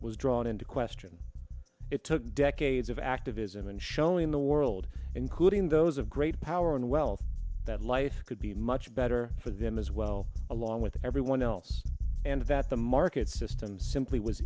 was drawn into question it took decades of activism and showing the world including those of great power and wealth that life could be much better for them as well along with everyone else and that the market system simply was